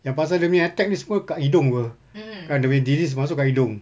yang pasal dia punya attack ini semua kat hidung apa kan dia punya disease masuk dekat hidung